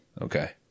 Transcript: Okay